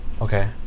okay